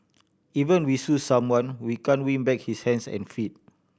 even we sue someone we can't win back his hands and feet